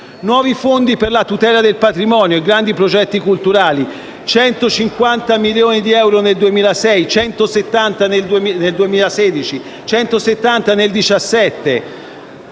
Nuovi fondi per la tutela del patrimonio e i grandi progetti culturali: 150 milioni di euro nel 2016, 170 milioni nel 2017;